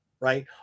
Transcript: right